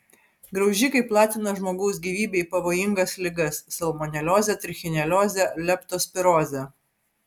graužikai platina žmogaus gyvybei pavojingas ligas salmoneliozę trichineliozę leptospirozę